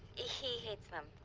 ah he hates them.